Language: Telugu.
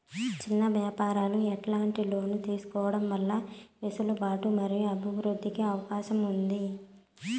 చిన్న వ్యాపారాలు ఎట్లాంటి లోన్లు తీసుకోవడం వల్ల వెసులుబాటు మరియు అభివృద్ధి కి అవకాశం ఉంది?